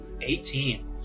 Eighteen